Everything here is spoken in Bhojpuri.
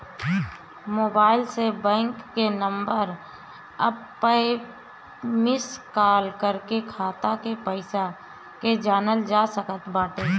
मोबाईल से बैंक के नंबर पअ मिस काल कर के खाता के पईसा के जानल जा सकत बाटे